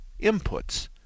inputs